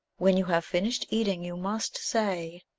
when you have finished eating, you must say